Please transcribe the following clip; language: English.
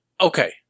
okay